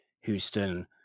Houston